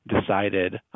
decided